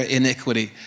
iniquity